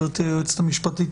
גברתי היועצת המשפטית,